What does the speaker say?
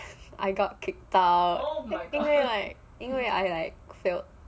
I got kicked out 应为 like 应为 I like failed